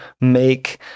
make